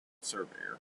surveyor